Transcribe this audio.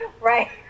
Right